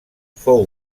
fou